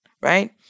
right